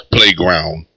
Playground